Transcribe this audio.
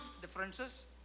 differences